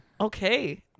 Okay